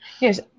Yes